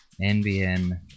NBN